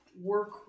work